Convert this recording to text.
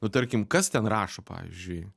nu tarkim kas ten rašo pavyzdžiui